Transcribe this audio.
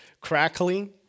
crackling